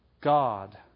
God